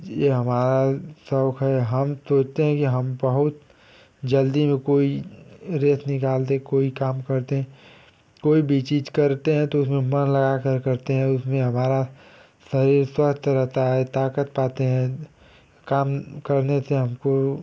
ये हमारा शौक़ है हम सोचते हैं कि हम बहुत जल्दी में कोई रेत निकाल दें कोई काम कर दें कोई भी चीज करते हैं तो उसमें मन लगा कर करते हैं उसमें हमारा शरीर स्वस्थ रहता है ताकत पाते हैं काम करने चे हमको